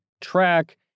track